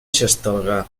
xestalgar